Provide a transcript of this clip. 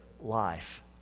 life